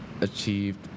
achieved